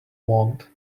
wand